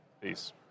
Peace